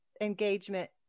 engagement